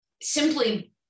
simply